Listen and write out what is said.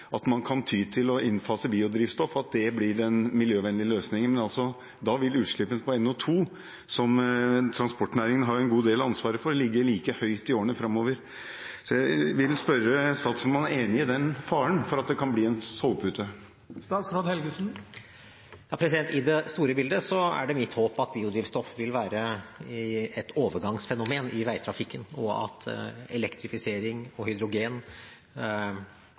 at man kan ty til å innfase biodrivstoff, at det blir en miljøvennlig løsning. Da vil utslippene av NO 2 , som transportnæringen har en stor del av ansvaret for, ligge på et like høyt nivå i årene framover. Jeg vil spørre statsråden om han er enig i faren for at det kan bli en sovepute. I det store bildet er det mitt håp at biodrivstoff vil være et overgangsfenomen i veitrafikken, og at elektrifisering og hydrogen